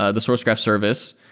ah the sourcegraph service,